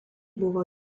buvo